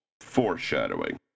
foreshadowing